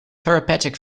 therapeutic